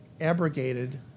abrogated